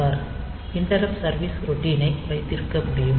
R interrupt service routine ஐ வைத்திருக்க முடியும்